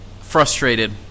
frustrated